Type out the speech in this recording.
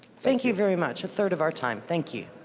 thank you very much. a third of our time. thank you.